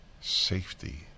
Safety